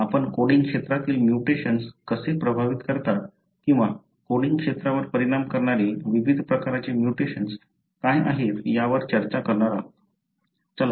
आपण कोडिंग क्षेत्रातील म्युटेशन्स कसे प्रभावित करतात किंवा कोडिंग क्षेत्रावर परिणाम करणारे विविध प्रकारचे म्युटेशन्स काय आहेत यावर चर्चा करणार आहोत